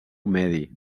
medi